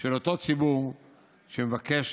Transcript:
של אותו ציבור שמבקש